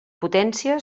potència